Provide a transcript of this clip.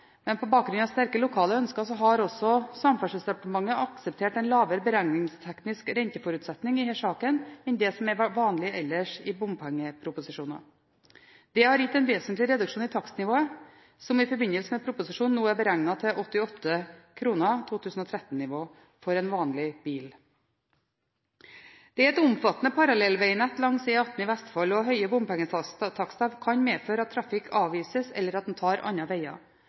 Men på bakgrunn av sterke lokale ønsker har også Samferdselsdepartementet akseptert en lavere beregningsteknisk renteforutsetning i denne saken enn det som er vanlig ellers i bompengeproposisjoner. Det har gitt en vesentlig reduksjon i takstnivået, som i forbindelse med proposisjonen nå er beregnet til 88 kr i 2013-nivå for en vanlig bil. Det er et omfattende parallellvegnett langs E18 i Vestfold, og høye bompengetakster kan medføre at trafikk avvises, eller at en tar